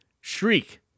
Shriek